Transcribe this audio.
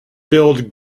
billed